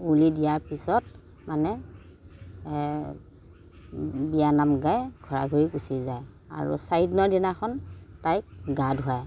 উৰুলি দিয়াৰ পিছত মানে এ বিয়া নাম গাই ঘৰা ঘৰি গুচি যায় আৰু চাৰিদিনৰ দিনাখন তাইক গা ধুৱায়